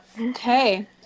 Okay